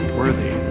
worthy